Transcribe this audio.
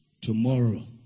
tomorrow